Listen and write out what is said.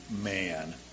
man